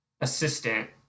assistant